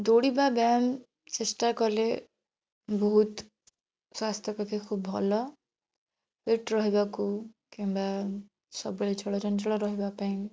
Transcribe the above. ଦୌଡ଼ିବା ବ୍ୟାୟାମ ଚେଷ୍ଟା କଲେ ବହୁତ୍ ସ୍ୱାସ୍ଥ୍ୟ ପକ୍ଷେ ଖୁବ୍ ଭଲ ଫିଟ୍ ରହିବାକୁ କିମ୍ବା ସବୁବେଳେ ଚଳଚଞ୍ଚଳ ରହିବା ପାଇଁ